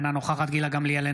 אינה נוכחת גילה גמליאל,